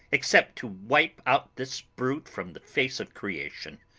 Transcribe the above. except to wipe out this brute from the face of creation.